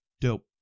Dope